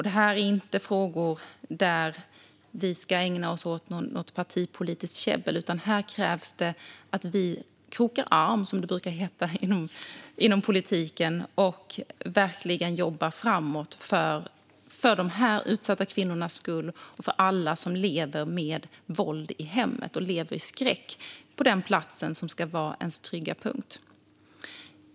Det här är inte frågor där vi ska ägna oss åt något partipolitiskt käbbel, utan här krävs det att vi krokar arm - som det brukar heta inom politiken - och verkligen jobbar framåt för de utsatta kvinnornas skull och för alla som lever med våld i hemmet och lever i skräck på den plats som ska vara ens trygga punkt.